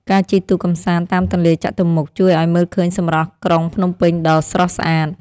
ការជិះទូកកម្សាន្តតាមទន្លេចតុមុខជួយឱ្យមើលឃើញសម្រស់ក្រុងភ្នំពេញដ៏ស្រស់ស្អាត។